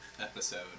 episode